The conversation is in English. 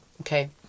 Okay